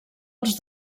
els